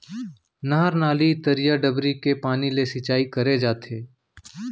नहर, नाली, तरिया, डबरी के पानी ले सिंचाई करे जाथे